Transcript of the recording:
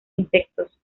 insectos